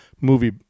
movie